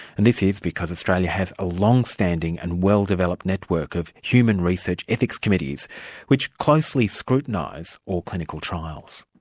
and this is because australia has a long-standing and well-developed network of human research ethics committees which closely scrutinise all clinical trials.